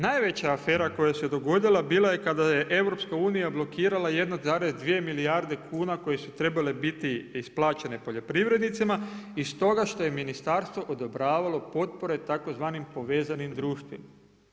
Najveća afera koja se dogodila bila je kada je EU blokirala 1,2 milijarde kuna koje su trebale biti isplaćene poljoprivrednicima i stoga što je ministarstvo odobravalo potpore tzv. povezanim društva.